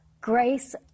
grace